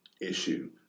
issue